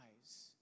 eyes